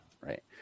right